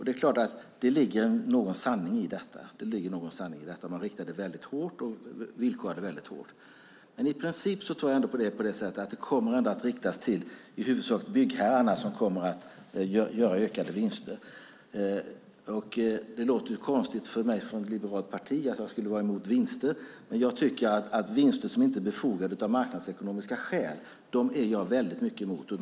Det är klart att det ligger någon sanning i detta. Man riktar och villkorar det väldigt hårt. Men i princip tror jag ändå att det kommer att riktas till i huvudsak byggherrarna, som kommer att göra ökade vinster. Det låter konstigt att jag som företrädare för ett liberalt parti skulle vara emot vinster. Men vinster som inte är befogade av marknadsekonomiska skäl är jag starkt emot.